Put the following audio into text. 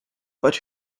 but